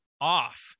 off